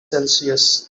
celsius